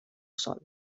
sòl